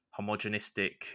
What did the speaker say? homogenistic